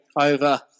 over